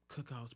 cookouts